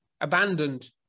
abandoned